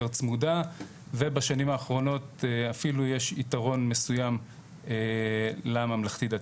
צמודה ובשנים האחרונות אפילו יש יתרון מסוים לממלכתי דתי.